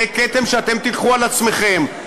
זה כתם שאתם תיקחו על עצמכם,